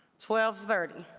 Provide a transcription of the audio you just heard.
twelve thirty.